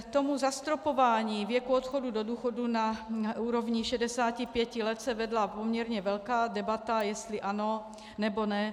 K zastropování věku odchodu do důchodu na úrovni 65 let se vedla poměrně velká debata, jestli ano, nebo ne.